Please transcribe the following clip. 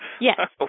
Yes